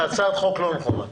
זו הצעת חוק לא נכונה.